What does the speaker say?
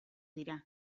dira